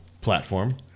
platform